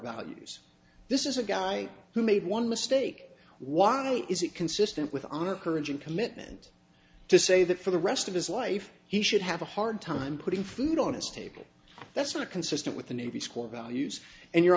values this is a guy who made one mistake why is it consistent with honor courage and commitment to say that for the rest of his life he should have a hard time putting food on his table that's not consistent with the navy's core values and your